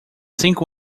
cinco